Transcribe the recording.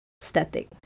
static